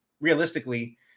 realistically